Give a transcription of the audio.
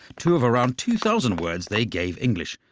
two of around two thousand words they gave english,